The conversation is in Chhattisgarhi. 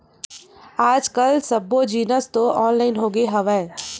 आज कल सब्बो जिनिस तो ऑनलाइन होगे हवय